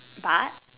but